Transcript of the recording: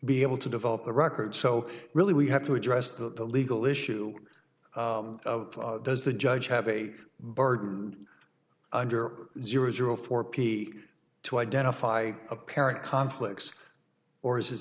be able to develop the record so really we have to address that the legal issue of does the judge have a burden under zero zero four p to identify a parent conflicts or is it